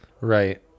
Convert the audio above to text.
Right